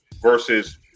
versus